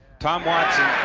tom watson